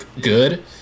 good